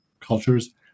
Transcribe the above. cultures